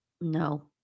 No